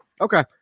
Okay